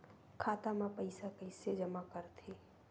खाता म पईसा कइसे जमा करथे?